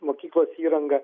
mokyklos įrangą